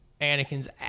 Anakin's